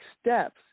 steps